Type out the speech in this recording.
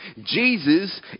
Jesus